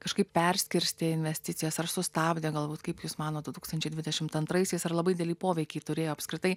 kažkaip perskirstė investicijas ar sustabdė galbūt kaip jūs manot du tūkstančiai dvidešimt antraisiais ar labai didelį poveikį turėjo apskritai